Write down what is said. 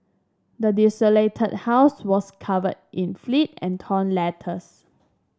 the desolated house was covered in filth and torn letters